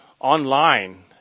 online